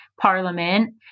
parliament